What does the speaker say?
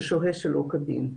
ששוהה שלא כדין.